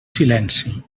silenci